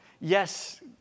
Yes